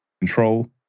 control